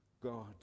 God